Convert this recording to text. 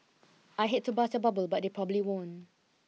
I hate to burst your bubble but they probably won't